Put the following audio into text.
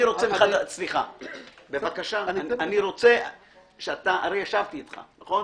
הרי ישבתי איתך, נכון?